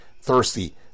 thirsty